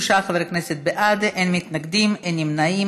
23 חברי כנסת בעד, אין מתנגדים, אין נמנעים.